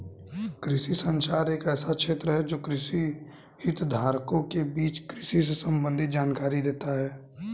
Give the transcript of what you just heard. कृषि संचार एक ऐसा क्षेत्र है जो कृषि हितधारकों के बीच कृषि से संबंधित जानकारी देता है